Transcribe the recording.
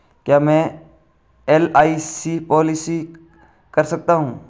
क्या मैं LIC policy कर सकता हूं?